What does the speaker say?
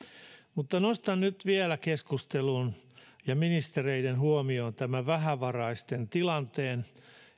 mutta nostan nyt vielä keskusteluun ja ministereiden huomioon vähävaraisten tilanteen